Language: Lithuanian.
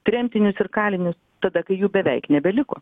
tremtinius ir kalinius tada kai jų beveik nebeliko